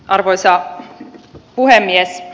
arvoisa puhemies